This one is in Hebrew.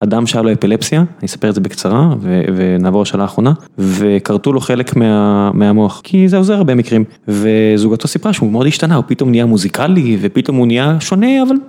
אדם שהיה לו אפילפסיה, אני אספר את זה בקצרה, ונעבור על השאלה האחרונה, וכרתו לו חלק מה.. מהמוח, כי זה עוזר במקרים, וזוגתו סיפרה שהוא מאוד השתנה, הוא פתאום נהיה מוזיקלי, ופתאום הוא נהיה שונה, אבל...